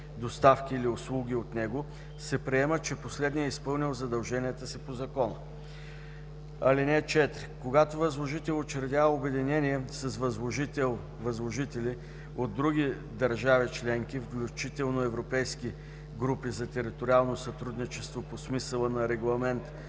доставки или услуги от него, се приема, че последният е изпълнил задълженията си по закона. (4) Когато възложител учредява обединение с възложител/и от други държави-членки, включително европейски групи за териториално сътрудничество по смисъла на Регламент